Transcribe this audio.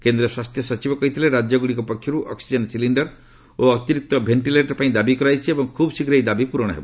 କେନ୍ଦ୍ର ସ୍ୱାସ୍ଥ୍ୟସଚିବ କହିଥିଲେ ରାଜ୍ୟଗୁଡିକ ପକ୍ଷରୁ ଅକ୍ନିଜେନ ସିଲିଣ୍ଡର ଓ ଅତିରିକ୍ତ ଭେଷ୍ଟିଲେଟର ପାଇଁ ଦାବି କରାଯାଇଛି ଏବଂ ଖୁବ୍ ଶୀଘ୍ର ଏହି ଦାବି ପୂରଣ ହେବ